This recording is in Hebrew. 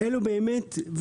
אלו באמת הסוגיות,